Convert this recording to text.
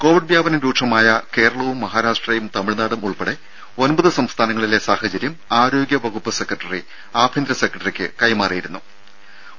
Covid വ്യാപനം രൂക്ഷമായ കേരളവും മഹാരാഷ്ട്രയും തമിഴ്നാടും ഉൾപ്പെടെ ഒൻപത് സംസ്ഥാനങ്ങളിലെ സാഹചര്യം ആരോഗ്യ വകുപ്പ് സെക്രട്ടറി ആഭ്യന്തര സെക്രട്ടറിയ്ക്ക് നൽകിയിട്ടുണ്ട്